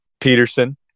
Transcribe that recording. Peterson